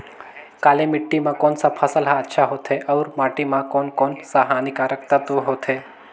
काली माटी मां कोन सा फसल ह अच्छा होथे अउर माटी म कोन कोन स हानिकारक तत्व होथे?